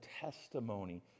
testimony